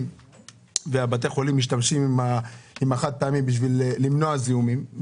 ובתי החולים משתמשים בחד-פעמי כדי למנוע זיהומים.